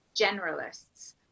generalists